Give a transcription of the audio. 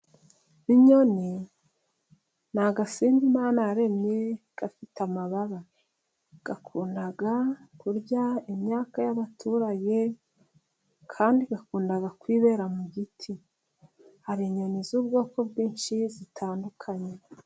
Inyoni ni agasimba imana yaremye gafite amababa, gakunda kurya imyaka y'abaturage, kandi gakunda kwibera mu giti. Hari inyoni z'ubwoko bwinshi zitandukanye.